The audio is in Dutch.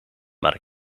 maar